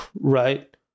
right